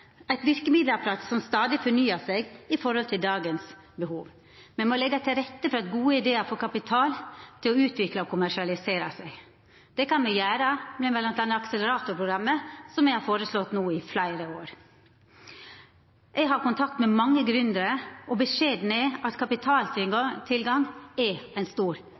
eit verkemiddelapparat som stadig fornyar seg med omsyn til behova av i dag. Me må leggja til rette for at gode idear får kapital til å utvikla og kommersialisera seg. Det kan me gjera med bl.a. akseleratorprogrammet, som me har føreslått no i fleire år. Eg har kontakt med mange gründerar, og beskjeden er at kapitaltilgang er ei stor